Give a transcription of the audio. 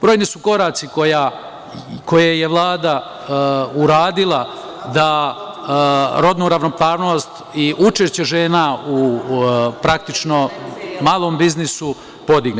Brojni su koraci koje je Vlada uradila da rodnu ravnopravnost i učešće žena u malom biznisu podigne.